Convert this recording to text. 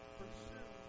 pursue